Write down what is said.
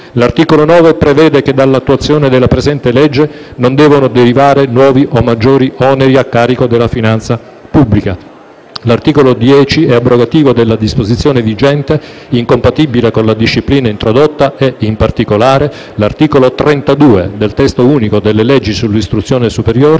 L'articolo 9 prevede che dall'attuazione della presente legge non debbano derivare nuovi o maggiori oneri a carico della finanza pubblica. L'articolo 10 abroga una disposizione vigente incompatibile con la disciplina introdotta e, in particolare, l'articolo 32 del testo unico delle leggi sull'istruzione superiore,